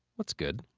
what's good?